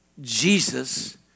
Jesus